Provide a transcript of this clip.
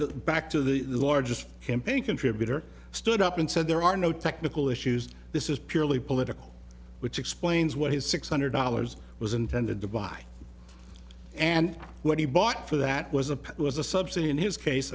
the back to the largest campaign contributor stood up and said there are no technical issues this is purely political which explains what his six hundred dollars was intended to buy and what he bought for that was a was a subsidy in his case